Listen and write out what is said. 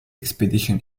expedition